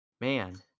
Man